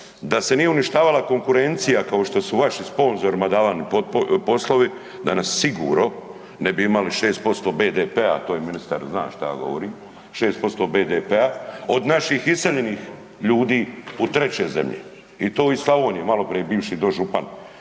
da se nije uništavala konkurencija kao što su vašim sponzorima davani poslovi danas sigurno ne bi imali 6% BDP-a, a to ministar zna šta ja govorim, 6% BDP-a od naših iseljenih ljudi u treće zemlje i to iz Slavonije. Maloprije bivši dožupan